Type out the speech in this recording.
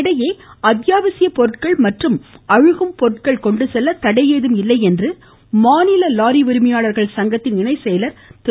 இதனிடையே அத்யாவசிய பொருட்கள் மற்றும் அழகும் பொருட்கள் கொண்டு செல்ல தடை ஏதும் இல்லை என்று மாநில லாரி உரிமையாளர் சங்க இணை செயலர் திரு